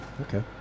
Okay